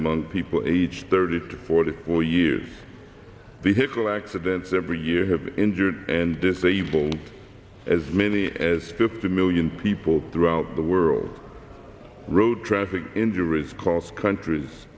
among people age thirty to forty four years vehicle accidents every year have injured and disabled as many as fifty million people throughout the world road traffic injuries cost countries